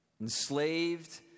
enslaved